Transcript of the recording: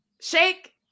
Shake